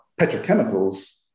petrochemicals